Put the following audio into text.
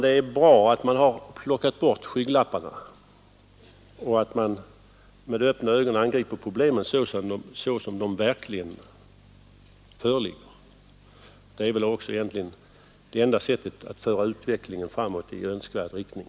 Det är bra att man plockar bort skygglapparna och att man med öppna ögon angriper problemen som de verkligen föreligger. Det är väl också det enda sättet att föra utvecklingen framåt i önskad riktning.